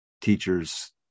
teachers